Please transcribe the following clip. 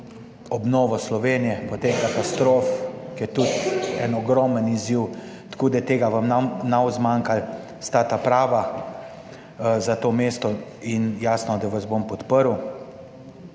obnovo Slovenije po tej katastrofi, ki je tudi en ogromen izziv, tako da tega vam ne bo zmanjkalo. Sta taprava za to mesto in jasno, da vas bom podprl.